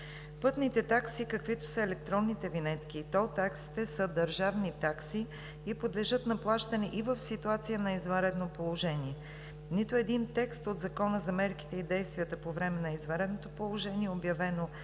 Пътните такси, каквито са електронните винетки и тол таксите, са държавни такси и подлежат на плащане и в ситуация на извънредно положение. Нито един текст от Закона за мерките и действията по време на извънредното положение, обявено с